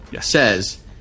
says